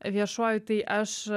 viešuoju tai aš